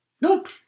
Nope